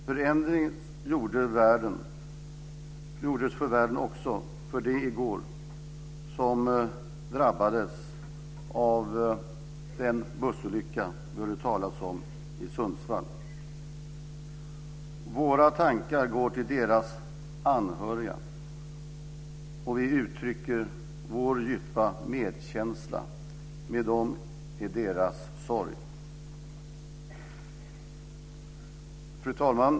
Förändrades gjorde världen också för dem som i går drabbades av den bussolycka vi hörde talas om i Sundsvall. Våra tankar går till de anhöriga och vi uttrycker vår djupa medkänsla med dem i deras sorg. Fru talman!